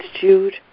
Jude